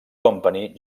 company